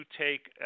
take